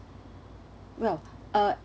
well uh